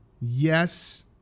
yes